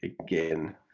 again